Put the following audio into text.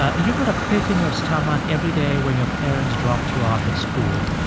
ah you got a pit in your stomach every day when your parents dropped you off at school.